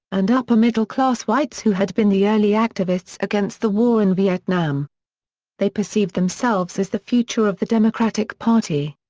and upper-middle-class whites who had been the early activists against the war in vietnam they perceived themselves as the future of the democratic party.